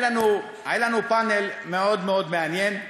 היה לנו פאנל מאוד מאוד מעניין.